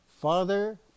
Father